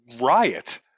riot